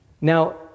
Now